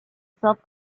self